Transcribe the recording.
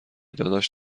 داداش